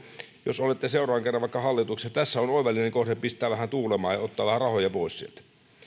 jos olette seuraavan kerran vaikka hallituksessa tässä on oivallinen kohde pistää vähän tuulemaan ja ottaa vähän rahoja pois sieltä